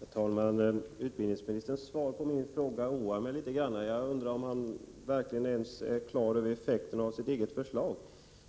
Herr talman! Utbildningsministerns svar på min fråga oroar mig litet grand. Jag undrar om han är på det klara med effekterna av sitt eget förslag.